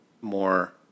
more